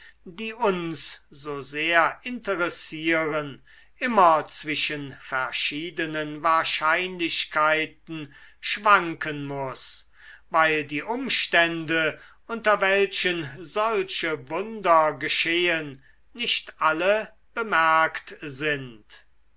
die uns so sehr interessieren immer zwischen verschiedenen wahrscheinlichkeiten schwanken muß weil die umstände unter welchen solche wunder geschehen nicht alle bemerkt sind